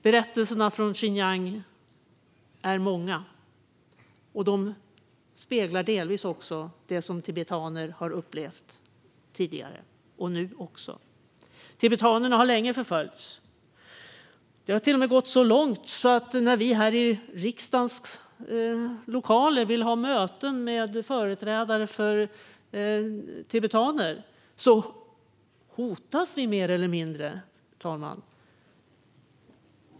Berättelserna från Xinjiang är många, och de speglar delvis också det som tibetaner har upplevt tidigare och upplever även nu. Tibetanerna har länge förföljts. Det har till och med gått så långt att vi mer eller mindre hotas när vi vill ha möten med företrädare för tibetaner här i riksdagens lokaler, fru talman.